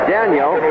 Daniel